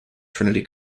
trinity